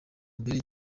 mbere